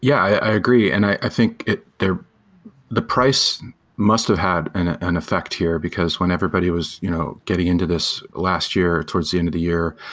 yeah i agree and i think the the price must have had an ah an effect here, because when everybody was no getting into this last year, towards the end of the year,